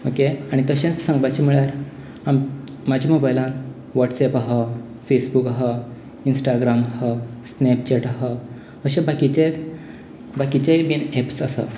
okay आनी तशेंच सांगपाचे म्हळ्यार आम म्हजे मोबायलान वॉटसऍप आसा फेसबूक आसा इन्टाग्राम आसा स्नेपचॅट आसा अशें बाकीचे बाकीचेय बिन ऍप्स आसा